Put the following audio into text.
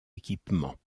équipement